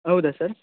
ಹೌದಾ ಸರ್